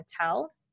tell